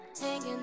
Hanging